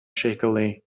shakily